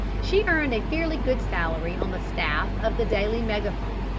she earned a fairly good salary on the staff of the daily megaphone,